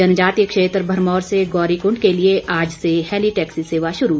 जनजातीय क्षेत्र भरमौर से गौरीकुंड के लिए आज से हैली टैक्सी सेवा शुरू